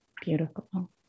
beautiful